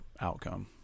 outcome